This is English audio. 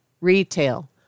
retail